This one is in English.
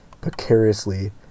precariously